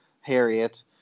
Harriet